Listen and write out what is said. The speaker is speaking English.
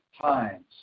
times